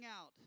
out